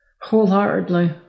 wholeheartedly